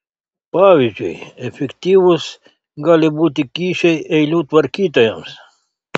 pavyzdžiui efektyvūs gali būti kyšiai eilių tvarkytojams